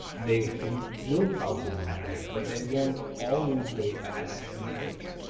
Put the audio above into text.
they will probably lose weight, but they won't all lose weight at the same rate,